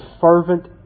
fervent